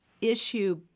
issue